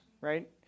right